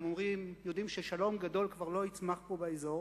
הם יודעים ששלום גדול כבר לא יצמח פה באזור,